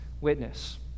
witness